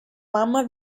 mamma